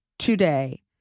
today